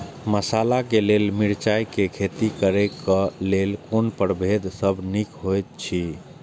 मसाला के लेल मिरचाई के खेती करे क लेल कोन परभेद सब निक होयत अछि?